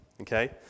okay